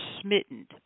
smitten